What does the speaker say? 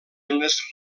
les